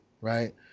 right